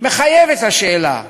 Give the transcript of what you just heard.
מחייב את השאלה,